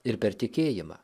ir per tikėjimą